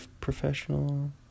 professional